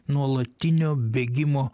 nuolatinio bėgimo